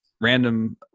random